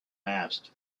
asked